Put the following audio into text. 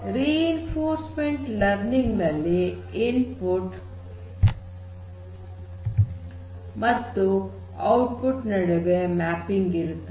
reinforcement learning ನಲ್ಲಿ input ಮತ್ತು output ನಡುವೆ ಮ್ಯಾಪಿಂಗ್ ಇರುತ್ತದೆ